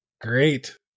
Great